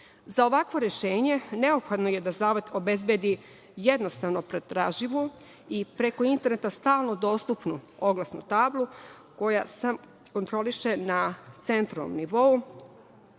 ovakvo rešenje neophodno je da zavod obezbedi jednostavno pretraživu i preko interneta stalno dostupnu oglasnu tablu, koja se kontroliše na centralnom nivou.